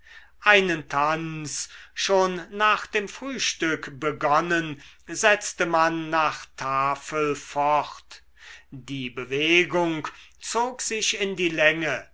einen tanz schon nach dem frühstück begonnen setzte man nach tafel fort die bewegung zog sich in die länge